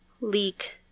leak